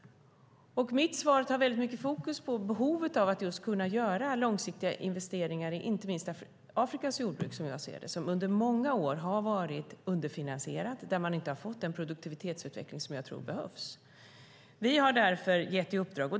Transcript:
Mitt svar har mycket fokus på behovet av att kunna göra långsiktiga investeringar, inte minst i Afrikas jordbruk, som jag ser det. Det har under många år varit underfinansierat, och man har inte fått den produktivitetsutveckling som behövs. Vi har därför gett uppdrag.